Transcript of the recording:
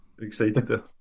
Excited